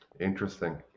Interesting